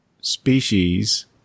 species